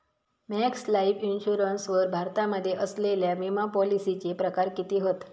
Max Life Insurance वर भारतामध्ये असलेल्या विमापॉलिसीचे प्रकार किती हत?